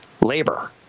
labor